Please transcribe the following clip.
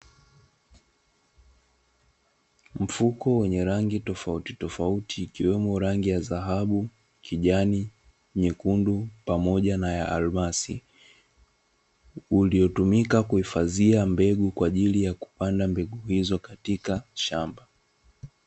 Mfuko wenye rangi tofauti tofauti ikiwemo rangi ya dhahabu, kijani, nyekundu pamoja na ya almasi uliotumika kuhifadhia mbegu kwaajili ya kupanda mbegu izo katika mashamba.